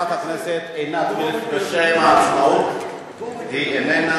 חברת הכנסת עינת וילף, בשם העצמאות איננה.